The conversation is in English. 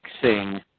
fixing